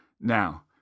Now